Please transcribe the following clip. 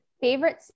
favorite